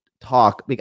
talk